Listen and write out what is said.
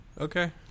Okay